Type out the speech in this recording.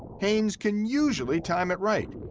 haynes can usually time it right.